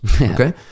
okay